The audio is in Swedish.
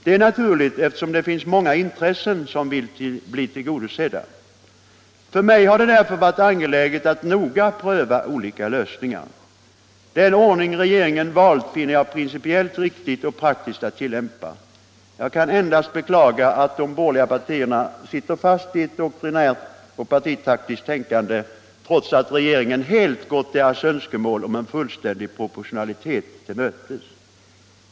Det är naturligt, eftersom det finns många intressen som vill bli tillgodosedda. För mig har det därför varit angeläget att noga pröva olika lösningar. Den ordning regeringen valt finner jag principiellt riktig och praktisk att tillämpa. Jag kan endast beklaga att de borgerliga partierna sitter fast i ett doktrinärt och partitaktiskt tänkande, trots att regeringen helt gått deras önskemål om en fullständig proportionalitet till mötes.